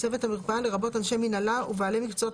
"צוות המרפאה" לרבות אנשי מינהלה ובעלי מקצועות